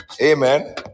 Amen